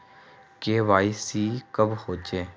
KYC कब होचे?